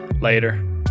Later